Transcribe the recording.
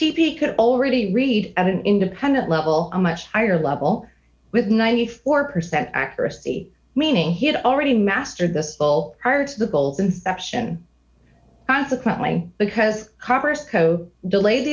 b could already read at an independent level a much higher level with ninety four percent accuracy meaning he had already mastered this full prior to the goals inception consequently because congress co delay